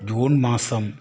June മാസം